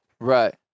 Right